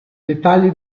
dettagli